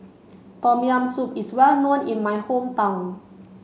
Tom Yam Soup is well known in my hometown